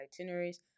itineraries